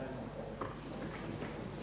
Hvala vam